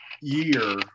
year